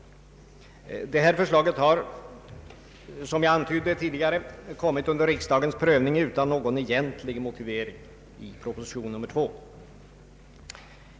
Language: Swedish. Detta förslag har, som jag antydde tidigare, kommit till riksdagens prövning utan någon egentlig motivering i proposition 2.